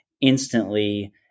instantly